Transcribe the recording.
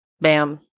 bam